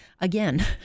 again